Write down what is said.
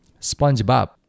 SpongeBob